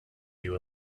you